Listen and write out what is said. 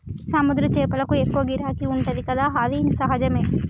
సముద్ర చేపలకు ఎక్కువ గిరాకీ ఉంటది కదా అది సహజమే